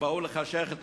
שבאו לגרש את